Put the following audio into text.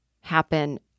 happen